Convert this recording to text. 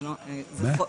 זה חוק